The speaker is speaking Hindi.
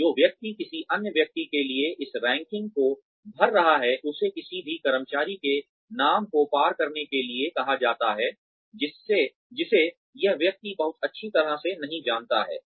तो जो व्यक्ति किसी अन्य व्यक्ति के लिए इस रैंकिंग को भर रहा है उसे किसी भी कर्मचारी के नाम को पार करने के लिए कहा जाता है जिसे यह व्यक्ति बहुत अच्छी तरह से नहीं जानता है